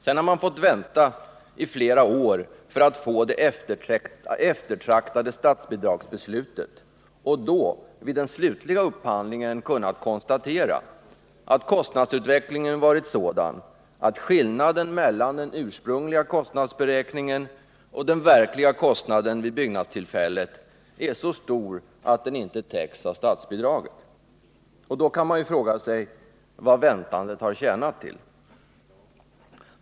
Sedan har man fått vänta i flera år för att få det eftertraktade statsbidragsbeslutet — och då, vid den slutliga upphandlingen, kunnat konstatera att kostnadsutvecklingen har varit sådan att skillnaden mellan den ursprungligen beräknade kostnaden och den verkliga kostnaden vid byggnadstillfället är så stor att den inte täcks av statsbidraget. Då kan man fråga sig vad väntandet har tjänat till.